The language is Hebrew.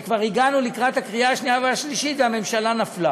שכשכבר הגענו לקראת הקריאה השנייה והשלישית הממשלה נפלה.